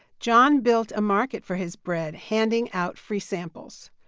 john built a market for his bread handing out free samples.